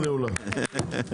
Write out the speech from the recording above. הישיבה נעולה.